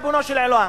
ריבונו של עולם?